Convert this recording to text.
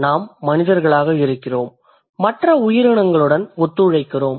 நாம் மனிதர்களாக இருக்கிறோம் மற்ற உயிரினங்களுடன் ஒத்துழைக்கிறோம்